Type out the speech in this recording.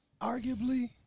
arguably